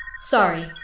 Sorry